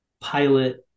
pilot